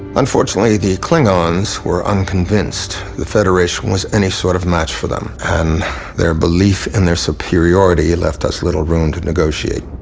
unfortunately, the klingons were unconvinced the federation was any sort of match for them. and their belief in their superiority, left us little room to negotiate.